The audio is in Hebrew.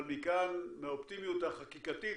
אבל מכאן, מהאופטימיות החקיקתית,